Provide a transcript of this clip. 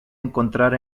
encontrar